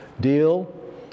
deal